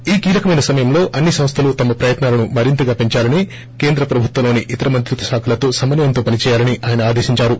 ఈ కీలకమైన సమయంలో అన్ని సంస్థలు తమ ప్రయత్నాలను మరింతగా పెంచాలని కేంద్ర ప్రభుత్వంలోని ఇతర మంత్రిత్వ శాఖలతో సమన్నయంతో పనిచేయాలని ఆయన ఆదేశించారు